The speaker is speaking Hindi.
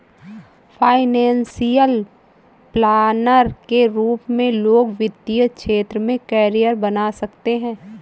फाइनेंशियल प्लानर के रूप में लोग वित्तीय क्षेत्र में करियर बना सकते हैं